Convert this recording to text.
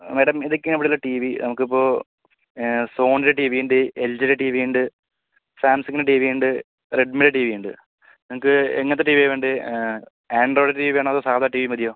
madam ഇതൊക്കെയാണിവിടുത്തെ TV നമുക്കിപ്പോ ഏ സോണിയുടെ ടിവിയുണ്ട് എൽജിടെ ടിവിയുണ്ട് സാംസങ്ങിൻ്റെ ടിവിയുണ്ട് റെഡ്മീട് ടിവിയുണ്ട് നിങ്ങൾക്ക് എങ്ങനത്തെ ടീവിയാണ് വേണ്ടേ ആൻഡ്രോയ്ഡ് ടീവിയാണോ അതോ സാധാ ടിവി മതിയോ